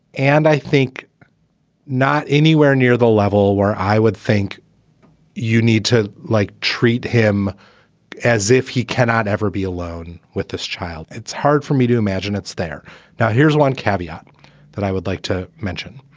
and i think not anywhere near the level where i would think you need to like treat him as if he cannot ever be alone with this child. it's hard for me to imagine it's there now. here's one caveat that i would like to mention.